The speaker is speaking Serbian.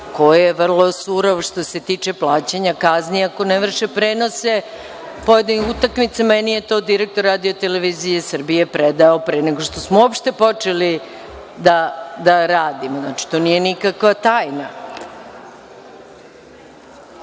koji je vrlo surov što se tiče plaćanja kazni ako ne vrše prenose pojedinih utakmica. Meni je to direktor RTS predao pre nego što smo uopšte počeli da radimo. Znači, to nije nikakva tajna. Reč